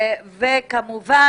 כמובן,